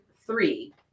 three